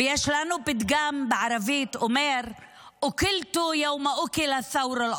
ויש לנו פתגם בערבית שאומר (אומרת בערבית ומתרגמת:).